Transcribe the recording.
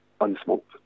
unsmoked